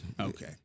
Okay